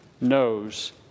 knows